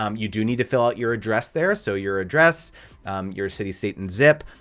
um you do need to fill out your address there. so your address your city, state and zip.